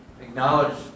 acknowledge